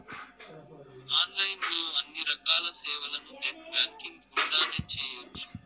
online లో అన్ని రకాల సేవలను నెట్ బ్యాంకింగ్ గుండానే చేయ్యొచ్చు